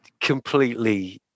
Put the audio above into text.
completely